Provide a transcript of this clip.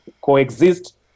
coexist